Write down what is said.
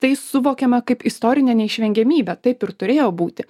tai suvokiame kaip istorinę neišvengiamybę taip ir turėjo būti